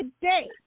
today